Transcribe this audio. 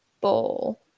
bowl